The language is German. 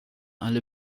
alle